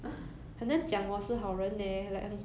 just 讲 it's okay